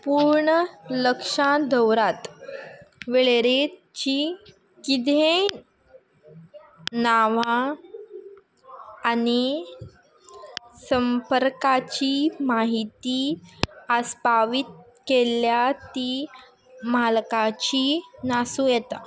पूर्ण लक्षांत दवरात वेळेरेची किदेंय नांवां आनी संपर्काची माहिती आस्पावीत केल्ल्या ती मालकाची नासूं येता